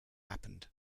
happened